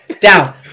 down